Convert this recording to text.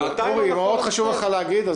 אורי, בבקשה.